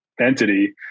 entity